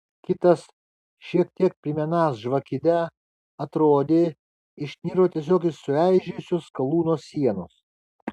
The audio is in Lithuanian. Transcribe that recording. kitas šiek tiek primenąs žvakidę atrodė išniro tiesiog iš sueižėjusios skalūno sienos